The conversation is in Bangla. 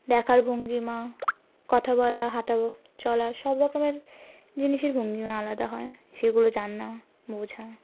দেখার ভঙ্গিমা কথা বলা হাটা চলা সব রকমের জিনিসের ভঙ্গিমা আলাদা হয় সেগুলো জান না বোঝা